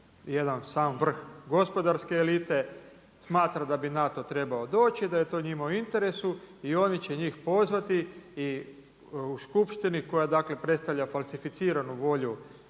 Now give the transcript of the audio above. jedan sam vrh gospodarske elite smatra da bi NATO trebao doći da je to njima u interesu i oni će njih pozvati i u skupštini koja predstavlja falsificiranu volju